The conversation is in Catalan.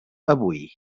avui